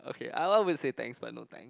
okay Awar will say thanks but no thanks